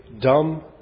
dumb